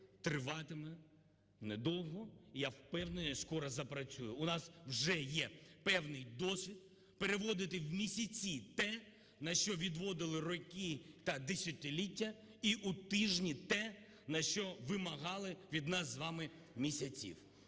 триватиме недовго і, я впевнений, скоро запрацює. У нас вже є певний досвід переводити в місяці те, на що відводили роки та десятиліття, і у тижні те, на що вимагали від нас з вами місяців.